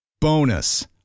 Bonus